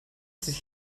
sich